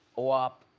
wap.